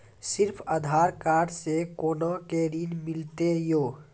सिर्फ आधार कार्ड से कोना के ऋण मिलते यो?